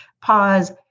pause